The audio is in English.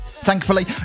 thankfully